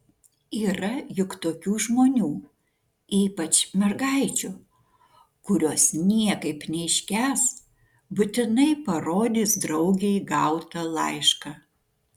yra juk tokių žmonių ypač mergaičių kurios niekaip neiškęs būtinai parodys draugei gautą laišką